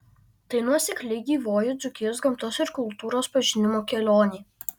tai nuosekli gyvoji dzūkijos gamtos ir kultūros pažinimo kelionė